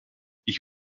ich